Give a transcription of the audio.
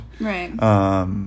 Right